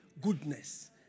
goodness